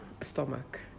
stomach